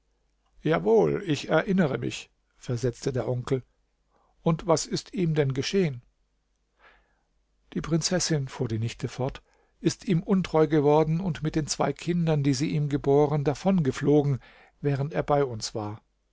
jawohl ich erinnere mich versetzte der onkel und was ist ihm denn geschehen die prinzessin fuhr die nichte fort ist ihm untreu geworden und mit den zwei kindern die sie ihm geboren davongeflogen während er bei uns war